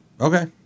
Okay